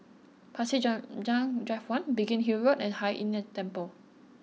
Pasir Panjang Drive One Biggin Hill Road and Hai Inn the Temple